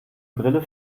brille